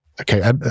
Okay